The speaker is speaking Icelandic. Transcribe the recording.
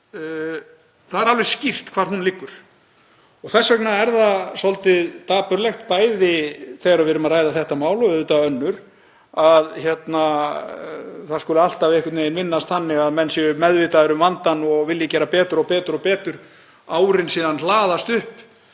Það er því alveg skýrt hvar ábyrgðin á ástandinu liggur. Þess vegna er það svolítið dapurlegt, bæði þegar við erum að ræða þetta mál og auðvitað önnur, að það skuli alltaf einhvern veginn vinnast þannig að menn séu meðvitaðir um vandann og vilji gera betur og betur en árin hlaðist